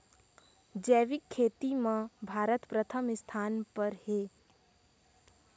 जैविक खेती म भारत प्रथम स्थान पर हे